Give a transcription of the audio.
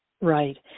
Right